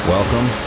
Welcome